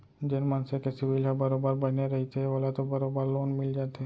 जेन मनसे के सिविल ह बरोबर बने रहिथे ओला तो बरोबर लोन मिल जाथे